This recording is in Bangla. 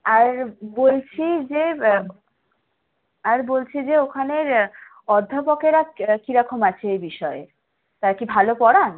আর বলছি যে আর বলছি যে ওখানের অধ্যাপকেরা কীরকম আছে এ বিষয়ে তারা কি ভালো পড়ান